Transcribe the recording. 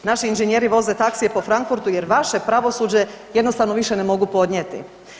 Naši inženjeri voze taksije po Frankfurtu jer vaše pravosuđe jednostavno više ne mogu podnijeti.